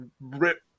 rip